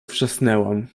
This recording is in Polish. wrzasnęłam